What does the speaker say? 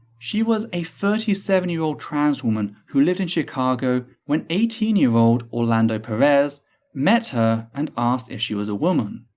she was a thirty seven year old trans woman who lived in chicago when eighteen year old orlando perez met her and asked if she was a woman.